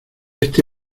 este